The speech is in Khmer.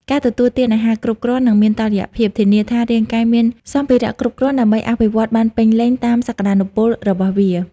ការទទួលទានអាហារគ្រប់គ្រាន់ និងមានតុល្យភាព ធានាថារាងកាយមានសម្ភារៈគ្រប់គ្រាន់ដើម្បីអភិវឌ្ឍបានពេញលេញតាមសក្តានុពលរបស់វា។